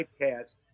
typecast